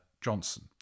Johnson